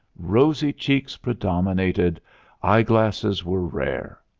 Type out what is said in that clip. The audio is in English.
rosy cheeks predominated eyeglasses were rare.